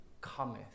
cometh